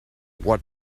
what